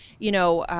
you know,